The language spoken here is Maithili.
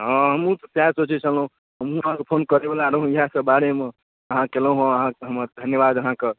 हँ हमहूँ तऽ सएह सोचै छलहुँ हमहूँ अहाँके फोन करैवला रहौँ इएहसब बारेमे अहाँ केलहुँ हँ अहाँके हमर धन्यवाद अहाँके